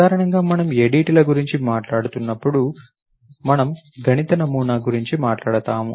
సాధారణంగా మనం ADTల గురించి మాట్లాడుతున్నప్పుడు మనము గణిత నమూనా గురించి మాట్లాడతాము